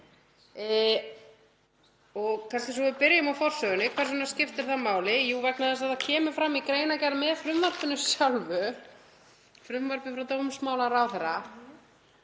Svo að við byrjum á forsögunni, hvers vegna skiptir það máli? Jú, vegna þess að það kemur fram í greinargerð með frumvarpinu sjálfu, frumvarpi frá dómsmálaráðherra,